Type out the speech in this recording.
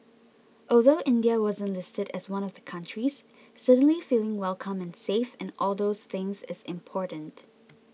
although India wasn't listed as one of the countries certainly feeling welcome and safe and all those things is important